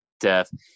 death